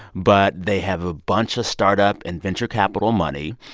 but they have a bunch of startup and venture capital money.